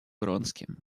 вронским